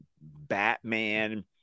Batman